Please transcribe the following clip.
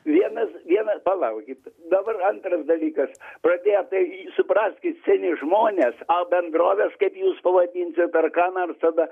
vienas vienas palaukit dabar antras dalykas pradėjo tai supraskit seni žmonės o bendrovės kaip jūs pavadinsit ar ką nors tada